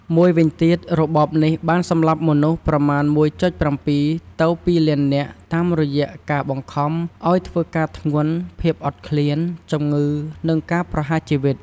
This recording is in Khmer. មួយវិញទៀតរបបនេះបានសម្លាប់មនុស្សប្រមាណ ១.៧ ទៅ ២ លាននាក់ តាមរយៈការបង្ខំឲ្យធ្វើការធ្ងន់ ភាពអត់ឃ្លាន ជំងឺ និងការប្រហារជីវិត។